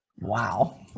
Wow